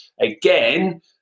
again